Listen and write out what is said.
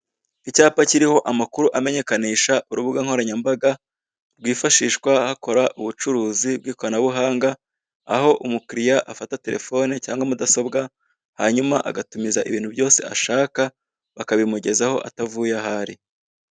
Icyapa kiriho amakuru amanyekanisha urubugankoranyambaga rwifashishwa hakora ubucuruzi bw'ikoranabuhanga aho umukiriya afata terefone cyangwa mudasobwa, hanyuma agatumiza ibintu byose ashaka bakabimugezaho atavuye aho ari.